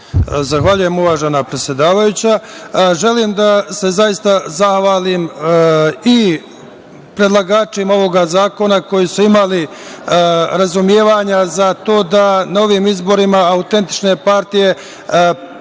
Zahvaljujem, uvažena predsedavajuća. Želim da se zahvalim i predlagačima ovog zakona koji su imali razumevanja za to da na ovim izborima autentične partije